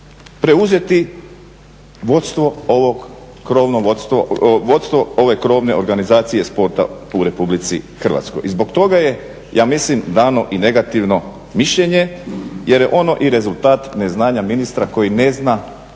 preuzeti vodstvo ove krovne organizacije sporta u RH. I zbog toga je ja mislim dano i negativno mišljenje jer je ono i rezultat neznanja ministra koji ne zna